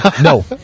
No